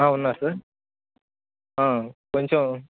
ఉన్నారు సార్ కొంచెం